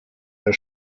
der